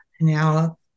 now